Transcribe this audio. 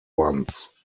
ones